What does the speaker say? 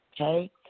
okay